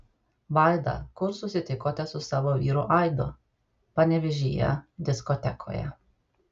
vaida kur susitikote su savo vyru aidu panevėžyje diskotekoje